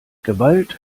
gewalt